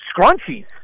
Scrunchies